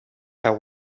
how